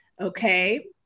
Okay